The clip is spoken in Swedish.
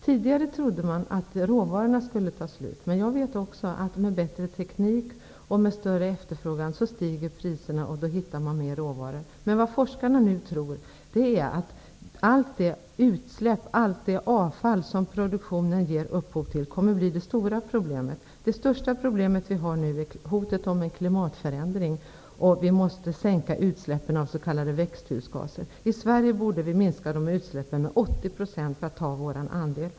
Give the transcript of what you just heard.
Tidigare trodde man att råvarorna skulle ta slut. Men jag vet också att med bättre teknik och med större efterfrågan stiger priserna. Då hittar man mer råvara. Men det forskarna nu tror är att allt det utsläpp, allt det avfall som produktionen ger upphov till kommer att bli det stora problemet. Det största problem som vi nu har är hotet om en klimatförändring. Vi måste minska utsläppen av s.k. växthusgaser. I Sverige borde vi minska dessa utsläpp med 80 % för att ta vår andel.